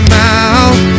mouth